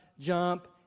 Jump